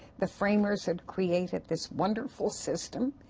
the framers had created this wonderful system.